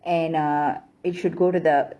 and uh it should go to the